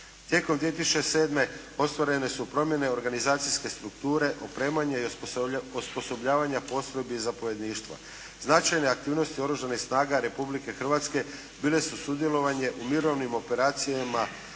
Tijekom 2007. ostvarene su promjene organizacijske strukture, opremanja i osposobljavanja postrojbi i zapovjedništva. Značajne aktivnosti Oružanih snaga Republike Hrvatske bile su sudjelovanje u mirovnim operacijama